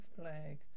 flag